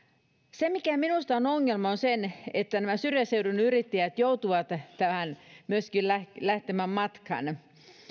se mikä minusta on ongelma on se että nämä syrjäseudun yrittäjät joutuvat tähän myöskin lähtemään matkaan